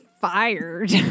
fired